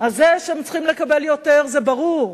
אז זה שהם צריכים לקבל יותר זה ברור,